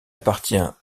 appartient